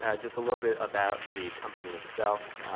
ah just a little bit about the company itself.